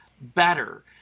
better